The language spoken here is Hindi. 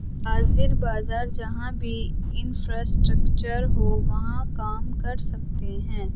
हाजिर बाजार जहां भी इंफ्रास्ट्रक्चर हो वहां काम कर सकते हैं